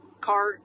car